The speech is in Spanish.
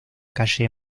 calle